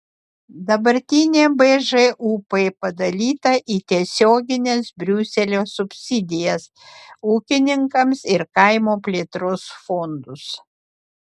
dabartinė bžūp padalyta į tiesiogines briuselio subsidijas ūkininkams ir kaimo plėtros fondus